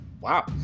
wow